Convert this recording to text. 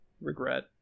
Regret